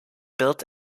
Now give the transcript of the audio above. built